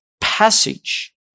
passage